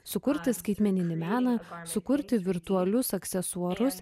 sukurti skaitmeninį meną sukurti virtualius aksesuarus